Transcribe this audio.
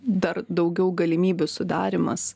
dar daugiau galimybių sudarymas